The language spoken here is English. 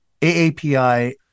AAPI